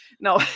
No